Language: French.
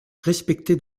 respecté